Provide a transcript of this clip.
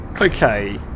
Okay